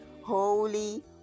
Holy